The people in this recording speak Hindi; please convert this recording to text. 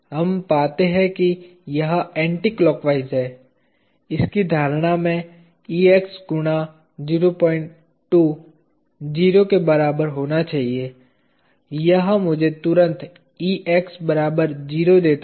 हम पाते हैं कि यह एंटीक्लॉकवाइस है इसकी धारणा में Ex गुना 02 0 के बराबर होना चाहिए यह मुझे तुरंत Ex बराबर 0 देता है